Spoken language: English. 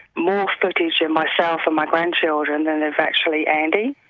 more footage of myself and my grandchildren than of actually andy.